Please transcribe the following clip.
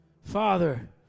Father